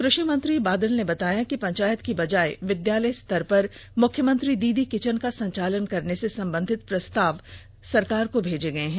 कृषि मंत्री बादल ने बताया कि पंचायत की बजाय विद्यालय स्तर पर मुख्यमंत्री दीदी किचन का संचालन करने से संबंधित प्रस्ताव सरकार को भेजे गये है